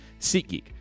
SeatGeek